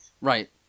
Right